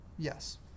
Yes